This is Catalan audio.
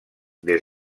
des